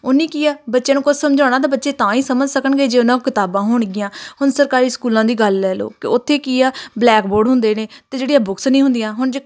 ਉਹਨੇ ਕੀ ਆ ਬੱਚੇ ਨੂੰ ਕੁਛ ਸਮਝਾਉਣਾ ਤਾਂ ਬੱਚੇ ਤਾਂ ਹੀ ਸਮਝ ਸਕਣਗੇ ਜੇ ਉਹਨਾਂ ਕੋਲ ਕਿਤਾਬਾਂ ਹੋਣਗੀਆਂ ਹੁਣ ਸਰਕਾਰੀ ਸਕੂਲਾਂ ਦੀ ਗੱਲ ਲੈ ਲਓ ਕਿ ਉੱਥੇ ਕੀ ਆ ਬਲੈਕ ਬੋਰਡ ਹੁੰਦੇ ਨੇ ਅਤੇ ਜਿਹੜੀਆਂ ਬੁੱਕਸ ਨਹੀਂ ਹੁੰਦੀਆਂ ਹੁਣ ਜੇ